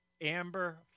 Amber